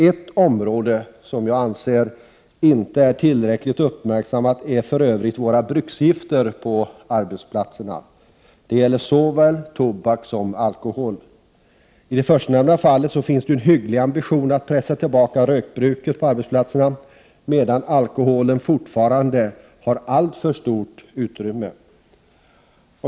Ett område som inte är tillräckligt uppmärksammat är för övrigt bruksgifterna på arbetsplatserna, såväl tobak som alkohol. I det förstnämnda fallet finns det en hygglig ambition att pressa tillbaka rökbruket på arbetsplatserna, medan alkoholen fortfarande har ett alltför stort utrymme.